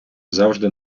завжди